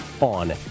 on